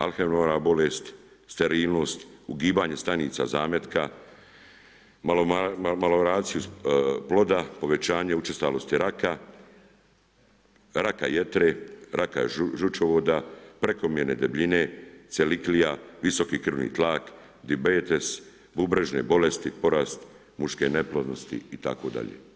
Autizam, … bolest, sterilnost, ugibanje stanica zametka, malformacija ploda, povećanje učestalosti raka, raka jetre, raka žučovoda, prekomjerne debljine, celijakija, visoki krvni tlak, dijabetes, bubrežne bolesti, porast muške neplodnosti itd.